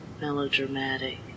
melodramatic